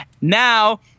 Now